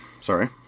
Sorry